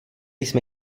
jsme